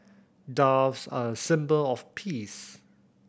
doves are a symbol of peace